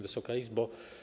Wysoka Izbo!